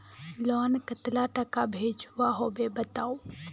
Loan कतला टाका भेजुआ होबे बताउ?